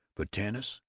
but tanis,